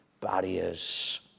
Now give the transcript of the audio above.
barriers